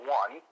one